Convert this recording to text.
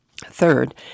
Third